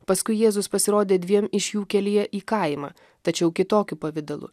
paskui jėzus pasirodė dviem iš jų kelyje į kaimą tačiau kitokiu pavidalu